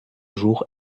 jour